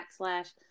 backslash